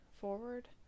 forward